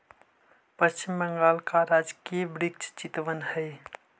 पश्चिम बंगाल का राजकीय वृक्ष चितवन हई